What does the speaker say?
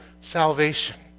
salvation